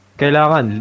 kailangan